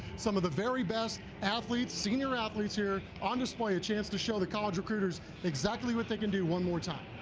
some of the very best athletes, senior athletes here on display, chance to show the college recruiters ectly what they can do one more time.